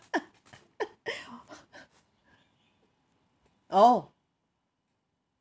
oh